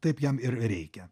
taip jam ir reikia